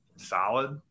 solid